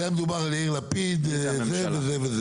אז היה מדובר על יאיר לפיד זה וזה וזה.